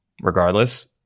regardless